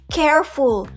careful